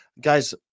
Guys